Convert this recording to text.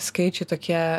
skaičiai tokie